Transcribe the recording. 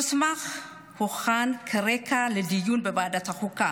המסמך הוכן כרקע לדיון בוועדת החוקה,